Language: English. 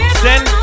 send